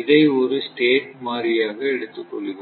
இதை ஒரு ஸ்டேட் மாறியாக எடுத்துக்கொள்கிறோம்